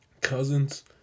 Cousins